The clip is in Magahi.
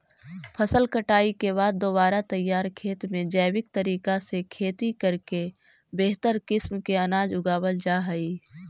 फसल कटाई के बाद दोबारा तैयार खेत में जैविक तरीका से खेती करके बेहतर किस्म के अनाज उगावल जा हइ